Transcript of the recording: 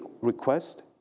request